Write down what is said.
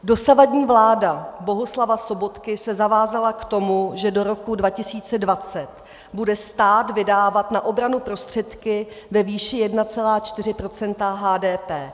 Dosavadní vláda Bohuslava Sobotky se zavázala k tomu, že do roku 2020 bude stát vydávat na obranu prostředky ve výši 1,4 procenta HDP.